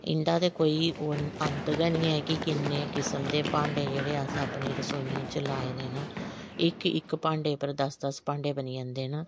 इं'दा ते कोई अंत गै नेईं ऐ कि कि'न्ने किस्म दे भांडे जेह्डे़ असें अपनी रसोइयें च लाए दे न इक इक भांडे उप्पर दस दस भांडे बनी जंदे न